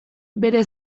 bere